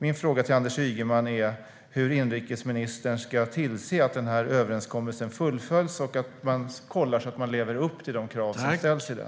Min fråga till Anders Ygeman är: Hur ska inrikesministern tillse att överenskommelsen fullföljs och att det kontrolleras att organisationerna lever upp till de krav som ställs i den?